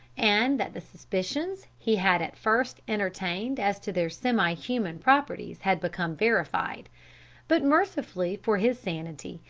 and that the suspicions he had at first entertained as to their semi-human properties had become verified but, mercifully for his sanity,